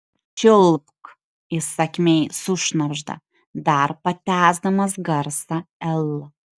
čiulpk įsakmiai sušnabžda dar patęsdamas garsą l